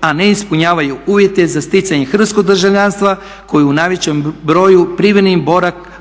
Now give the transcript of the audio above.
a ne ispunjavaju uvjete za sticanje hrvatskog državljanstva kojim je u najvećem broju privremeni